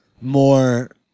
more